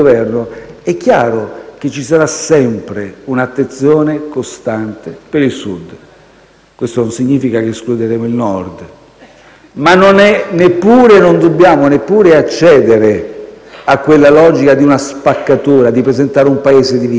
è chiaro che ci sarà sempre un'attenzione costante per il Sud. Questo non significa che escluderemo il Nord, ma non dobbiamo neppure accedere a una logica di spaccatura, presentando un Paese diviso,